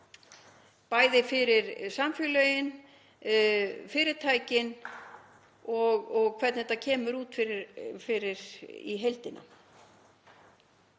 bæði fyrir samfélögin, fyrirtækin og hvernig þetta kemur út fyrir í heildina.